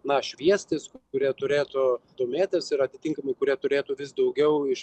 na šviestis kurie turėtų domėtis ir atitinkamai kurie turėtų vis daugiau iš